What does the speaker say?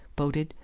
boated,